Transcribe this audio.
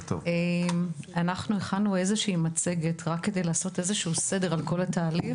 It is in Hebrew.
אנחנו הכנו מצגת כדי לעשות סדר לגבי כל התהליך,